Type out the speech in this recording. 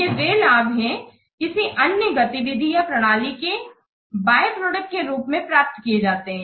ये वो लाभ है किसी अन्य गतिविधि या प्रणाली के बायप्रोडक्ट के रूप में प्राप्त किए जाते हैं